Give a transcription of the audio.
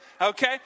Okay